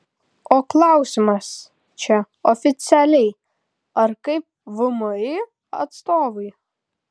o klausimas čia oficialiai ar kaip vmi atstovui